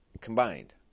combined